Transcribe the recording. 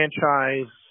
franchise